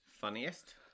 Funniest